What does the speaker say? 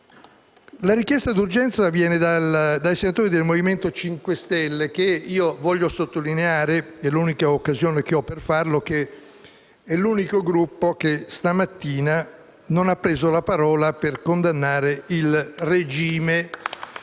La richiesta d'urgenza viene dai senatori del Movimento 5 Stelle che - desidero sottolinearlo, in quanto è l'unica occasione che ho per farlo - è l'unico Gruppo che stamattina non ha preso la parola per condannare il regime